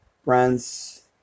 Friends